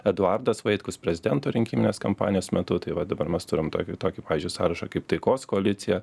eduardas vaitkus prezidento rinkiminės kampanijos metu tai va dabar mes turim tokį tokį pavyzdžiui sąrašą kaip taikos koalicija